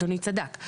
אדוני צדק.